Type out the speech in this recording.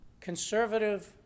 conservative